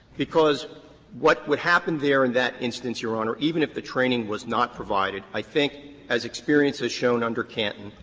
because what would happen there in that instance, your honor, even if the training was not provided, i think as experience has shown under canton,